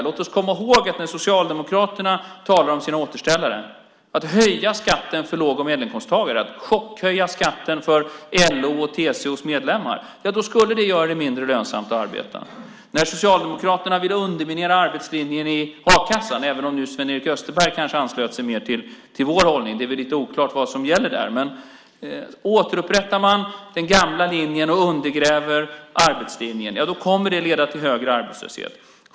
Låt oss när Socialdemokraterna talar om sina återställare, att höja skatten för låg och medelinkomsttagare, att chockhöja skatten för LO:s och TCO:s medlemmar, komma ihåg att det skulle göra det mindre lönsamt att arbeta. När Socialdemokraterna vill underminera arbetslinjen i a-kassan, även om nu Sven-Erik Österberg kanske anslöt sig mer till vår ordning - det är väl lite oklart vad som gäller där - kan jag säga att återupprättar man den gamla linjen och undergräver arbetslinjen kommer det att leda till högre arbetslöshet.